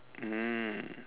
mm